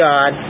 God